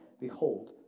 Behold